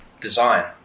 Design